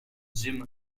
jim